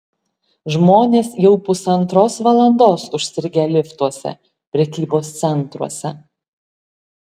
žmonės jau pusantros valandos užstrigę liftuose prekybos centruose